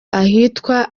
ahitwa